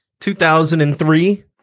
2003